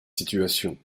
situations